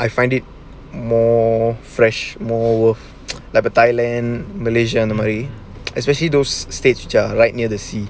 I find it more fresh more worth like the thailand malaysia and the money especially those states which are right near the sea